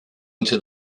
into